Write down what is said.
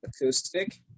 Acoustic